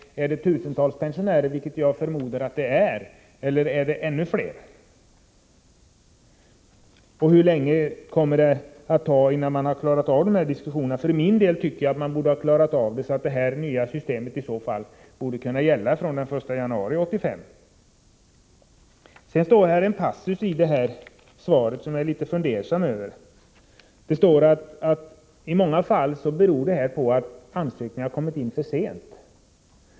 Är det tusentals pensionärer, vilket jag förmodar att det är, eller är det ännu fler? Hur lång tid kommer det att ta innan man har klarat av dessa diskussioner? För min del tycker jag att man borde ha klarat av dem så att det nya systemet borde kunna gälla från den 1 januari 1985. Det finns en passus i svaret som jag är litet fundersam över. Det står där att problemet i många fall beror på att ansökningen har kommit in för sent.